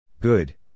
Good